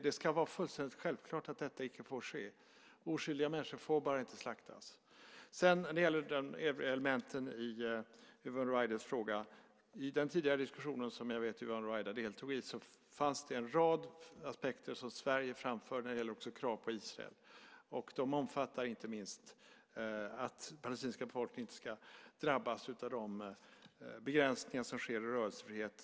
Det ska vara fullständigt självklart att detta icke får ske. Oskyldiga människor får bara inte slaktas. Sedan gäller det de övriga elementen i Yvonne Ruwaidas fråga. I den tidigare diskussionen, som jag vet att Yvonne Ruwaida deltog i, togs det upp att det fanns en rad aspekter som Sverige framför när det gäller krav på Israel. De omfattar inte minst att den palestinska befolkningen inte ska drabbas av begränsningar i rörelsefrihet.